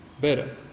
better